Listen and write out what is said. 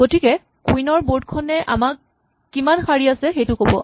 গতিকে কুইন ৰ বৰ্ড খনে আমাক কিমান শাৰী আছে সেইটো ক'ব